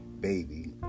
baby